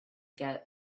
get